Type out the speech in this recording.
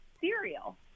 cereal